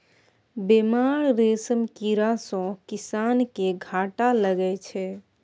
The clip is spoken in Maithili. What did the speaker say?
बेमार रेशम कीड़ा सँ किसान केँ घाटा लगै छै